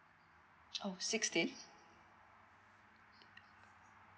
oh sixteen